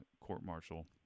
court-martial